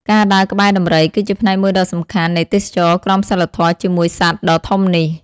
ការដើរក្បែរដំរី គឺជាផ្នែកមួយដ៏សំខាន់នៃទេសចរណ៍ក្រមសីលធម៌ជាមួយសត្វដ៏ធំនេះ។